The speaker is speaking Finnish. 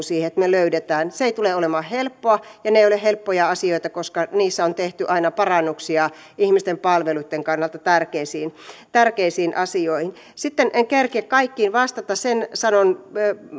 siihen että me löydämme näitä se ei tule olemaan helppoa ja ne eivät ole helppoja asioita koska niissä on tehty aina parannuksia ihmisten palveluitten kannalta tärkeisiin tärkeisiin asioihin sitten en kerkiä kaikkiin vastata sen sanon